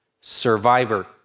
survivor